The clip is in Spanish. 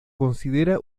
considera